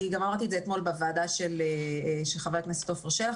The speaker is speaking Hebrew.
אני גם אמרתי את זה אתמול בוועדה של חבר הכנסת עופר שלח,